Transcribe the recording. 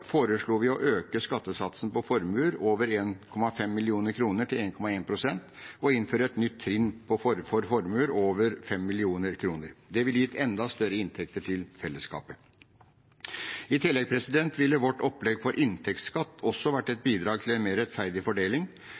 foreslo vi å øke skattesatsen på formuer på over 1,5 mill. kr til 1,1 pst. og innføre et nytt trinn for formuer på over 5 mill. kr. Det ville gitt enda større inntekter til fellesskapet. I tillegg ville vårt opplegg for inntektsskatt vært et bidrag til en mer rettferdig fordeling.